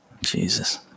Jesus